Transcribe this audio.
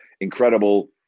incredible